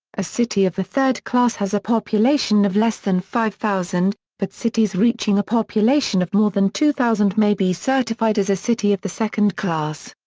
a city of the third class has a population of less than five thousand, but cities reaching a population of more than two thousand may be certified as a city of the second class.